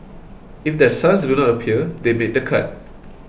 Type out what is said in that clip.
if their sons do not appear they made the cut